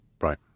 Right